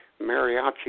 mariachi